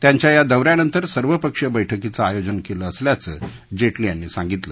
त्यांच्या या दौऱ्यानंतर सर्वपक्षीय बैठकीचं आयोजन केलं असल्याचं जेटली यांनी सांगितलं